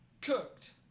cooked